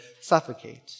suffocate